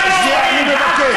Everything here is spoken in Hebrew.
שנייה, אני מבקש.